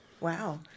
Wow